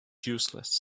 useless